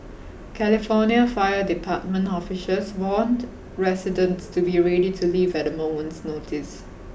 California Fire Department officials warned residents to be ready to leave at a moment's notice